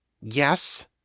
yes